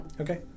Okay